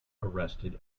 arrested